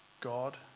God